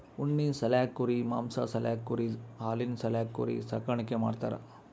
ಉಣ್ಣಿ ಸಾಲ್ಯಾಕ್ ಕುರಿ ಮಾಂಸಾ ಸಾಲ್ಯಾಕ್ ಕುರಿದ್ ಹಾಲಿನ್ ಸಾಲ್ಯಾಕ್ ಕುರಿ ಸಾಕಾಣಿಕೆ ಮಾಡ್ತಾರಾ